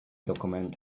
document